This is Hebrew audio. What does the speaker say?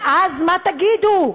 ואז מה תגידו?